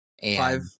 Five